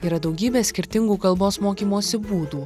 yra daugybė skirtingų kalbos mokymosi būdų